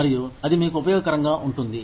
మరియు అది మీకు ఉపయోగకరంగా ఉంటుంది